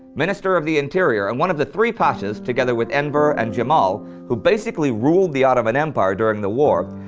minister of the interior, and one of the three pashas, together with enver and djemal who basically ruled the ottoman empire during the war,